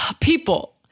People